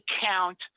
count